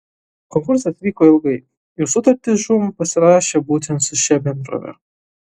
konkursas vyko ilgai ir sutartį žūm pasirašė būtent su šia bendrove